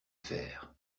faire